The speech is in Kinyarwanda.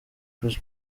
chris